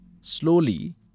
slowly